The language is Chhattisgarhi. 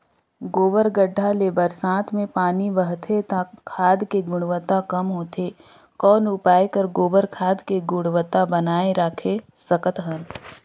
गोबर गढ्ढा ले बरसात मे पानी बहथे त खाद के गुणवत्ता कम होथे कौन उपाय कर गोबर खाद के गुणवत्ता बनाय राखे सकत हन?